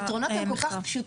הפתרונות הם כל כך פשוטים,